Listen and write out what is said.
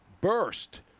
Burst